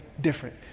different